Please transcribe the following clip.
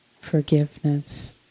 forgiveness